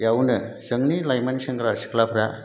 बेयावनो जोंनि लाइमोन सेंग्रा सिख्लाफ्रा